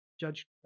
Judge